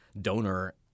donor